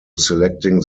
selecting